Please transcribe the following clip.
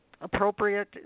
appropriate